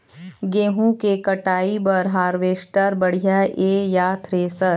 गेहूं के कटाई बर हारवेस्टर बढ़िया ये या थ्रेसर?